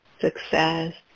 success